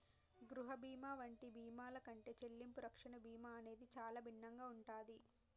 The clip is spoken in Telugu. గృహ బీమా వంటి బీమాల కంటే చెల్లింపు రక్షణ బీమా అనేది చానా భిన్నంగా ఉంటాది